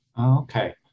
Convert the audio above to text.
Okay